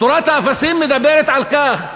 תורת האפסים מדברת על כך,